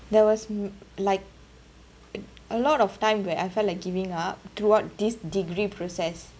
there was mm like a lot of time where I felt like giving up throughout this degree process